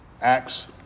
Acts